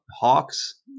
Hawks